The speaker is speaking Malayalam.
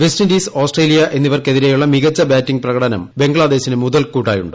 വെസ്റ്റിൻഡീസ് ഓസ്ട്രേലിയ എന്നിവർക്കെതിരെയുള്ള മികച്ച ബാറ്റിംഗ് പ്രകടനം ബംഗ്ലാദേശിന് മുതൽക്കൂട്ടായുണ്ട്